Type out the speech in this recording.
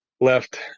left